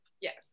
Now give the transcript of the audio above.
Yes